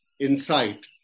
insight